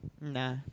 Nah